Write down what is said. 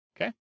Okay